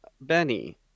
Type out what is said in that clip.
benny